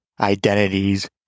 identities